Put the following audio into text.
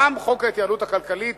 גם חוק ההתייעלות הכלכלית,